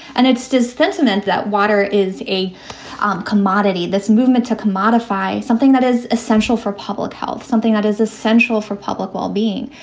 and it's just sentiment that water is a um commodity. this movement took commodify, something that is essential for public health, something that is essential for public well-being.